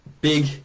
big